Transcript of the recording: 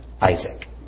Isaac